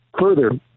further